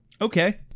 Okay